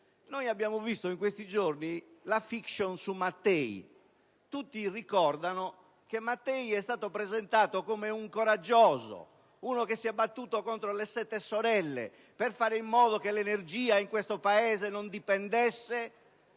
Abbiamo visto in questi giorni in televisione la *fiction* su Enrico Mattei. Tutti ricordano che Mattei è stato presentato come un coraggioso, uno che si è battuto contro le "sette sorelle" per fare in modo che l'energia in questo Paese non dipendesse